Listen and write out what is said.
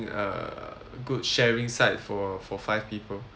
uh good sharing side for for five people